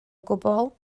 gwbl